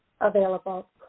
available